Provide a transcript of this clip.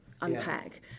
unpack